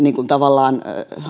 tavallaan